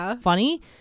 funny